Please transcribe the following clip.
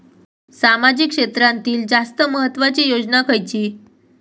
सामाजिक क्षेत्रांतील जास्त महत्त्वाची योजना खयची?